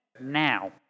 Now